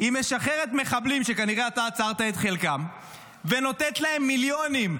היא משחררת מחבלים שכנראה אתה עצרת את חלקם ונותנת להם מיליונים.